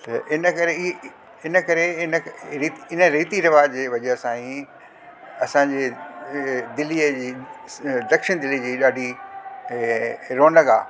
इन करे ई इन करे इन रीती रिवाज़ जी वजह सां ई असांजे दिल्लीअ जी दक्षिण दिल्ली जी ॾाढी रौनक आ्हे